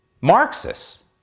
Marxists